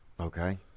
Okay